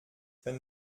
wenn